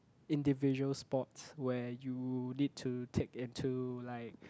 individual sports where you need to take into like